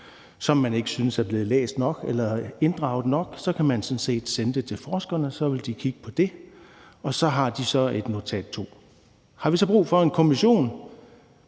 som man ikke synes er blevet læst nok eller inddraget nok, så kan man sådan set sende det til forskerne. Så vil de kigge på det, og så har de så notat nummer to. Har vi så brug for en kommission?